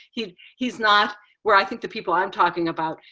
he's he's not where i think the people i'm talking about,